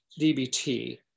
dbt